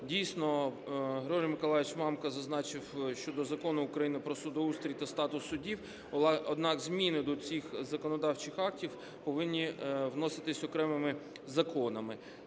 дійсно, Григорій Миколайович Мамка зазначив щодо Закону України "Про судоустрій та статус суддів", однак зміни до цих законодавчих актів повинні вноситися окремими законами.